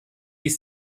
ist